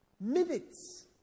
minutes